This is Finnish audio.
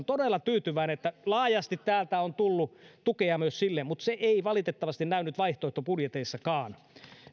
todella tyytyväinen että laajasti täältä on tullut tukea myös sille mutta se ei valitettavasti näy nyt vaihtoehtobudjeteissakaan